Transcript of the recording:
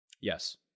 Yes